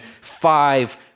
five